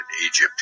Egypt